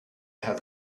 had